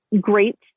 great